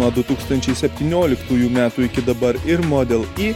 nuo du tūkstančiai septynioliktųjų metų iki dabar ir model i